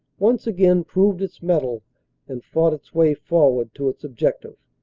once again proved its mettle and fought its way forward to its objective.